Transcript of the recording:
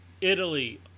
Italy